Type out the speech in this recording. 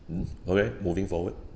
mm okay moving forward